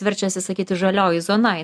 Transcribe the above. verčiasi sakyti žalioji zona